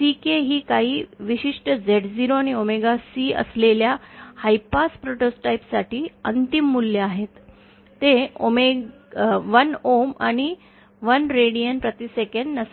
CK ही काही विशिष्ट Z0 आणि ओमेगा C असलेल्या हाय पास प्रोटोटाइप साठी अंतिम मूल्ये आहेत ते 1Ohm आणि 1 रेडियन प्रति सेकंद नसावे